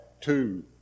two